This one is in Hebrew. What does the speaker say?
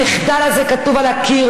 המחדל הזה כתוב על הקיר,